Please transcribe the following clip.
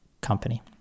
company